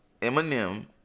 Eminem